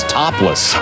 topless